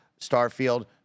Starfield